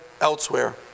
elsewhere